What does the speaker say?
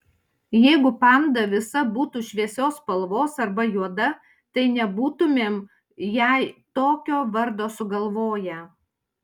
jeigu panda visa būtų šviesios spalvos arba juoda tai nebūtumėm jai tokio vardo sugalvoję